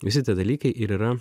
visi tie dalykai ir yra